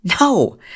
no